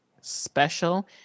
special